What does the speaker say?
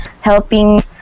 helping